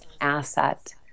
asset